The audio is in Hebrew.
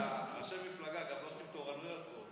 שראשי המפלגה גם לא עושים תורנויות פה,